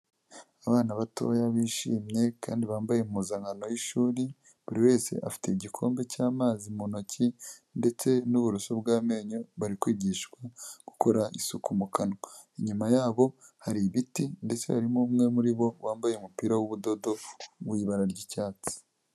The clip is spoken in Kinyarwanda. Abana batoya bishimye kandi bambaye impuzankano yishuri buri wese afite igikombe cy'amazi mu ntoki ndetse n'ubururoso bw'amenyo bari kwigishwa gukora isuku mu kanwa inyuma yabo hari ibiti ndetse harimo umwe muri bo wambaye umupira w'ubudodo w'ibara ry'icyatsi.